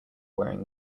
wearing